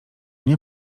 nie